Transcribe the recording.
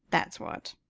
that's what.